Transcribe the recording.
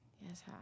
Yes